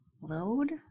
Load